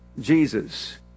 Jesus